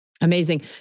Amazing